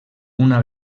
una